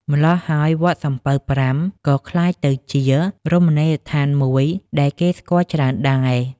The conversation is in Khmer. ម្ល៉ោះហើយ វត្តសំពៅប្រាំ ក៏ក្លាយទៅជា រមណីយដ្ឋានមួយ ដែលគេស្គាល់ច្រើនដែរ ។